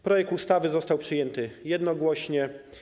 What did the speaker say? Projekt ustawy został przyjęty jednogłośnie.